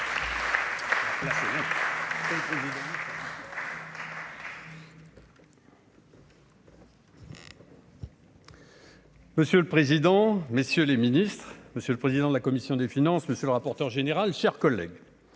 Monsieur le président, messieurs les Ministres, Monsieur le président de la commission des finances, monsieur le rapporteur général, chers collègues,